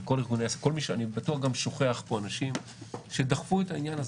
אני בטוח גם שוכח פה אנשים שדחפו את העניין הזה.